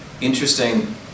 interesting